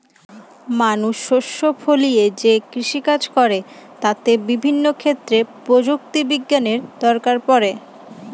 মানুষ শস্য ফলিয়ে যে কৃষিকাজ করে তাতে বিভিন্ন ক্ষেত্রে প্রযুক্তি বিজ্ঞানের দরকার পড়ে